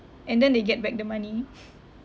and then they get back the money